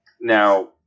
Now